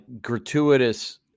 gratuitous